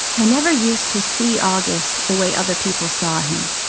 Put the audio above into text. i never used to see august the way other people saw him.